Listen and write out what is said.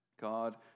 God